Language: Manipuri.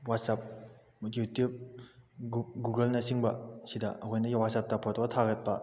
ꯋꯥꯆꯞ ꯌꯨꯇ꯭ꯌꯨꯕ ꯒꯨꯒꯜꯅ ꯆꯤꯡꯕ ꯁꯤꯗ ꯑꯩꯈꯣꯏꯅ ꯋꯥꯆꯞꯇ ꯐꯣꯇꯣ ꯊꯥꯒꯠꯄ